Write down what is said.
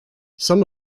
some